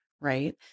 right